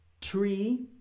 tree